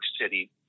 City